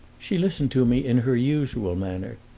she listened to me in her usual manner,